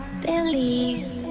believe